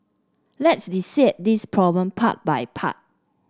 let's dissect this problem part by part